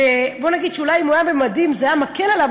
בוא נגיד שאולי אם הוא היה במדים זה היה מקל עליו,